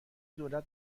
دولت